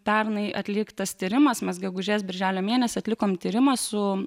pernai atliktas tyrimas mes gegužės birželio mėnesį atlikom tyrimą su